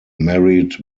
married